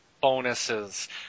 bonuses